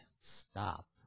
Stop